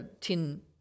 tin